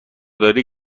دارین